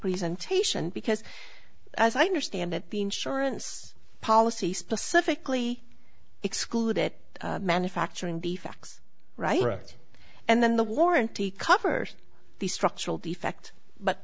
presentation because as i understand it the insurance policy specifically exclude it manufacturing defects right and then the warranty covers the structural defect but